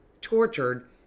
tortured